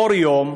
באור יום,